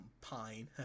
pine